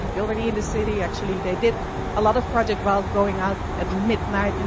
you're already in the city, actually, they did a lot of project while going out at midnight, and